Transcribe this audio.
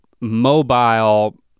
mobile